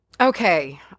Okay